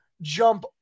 jump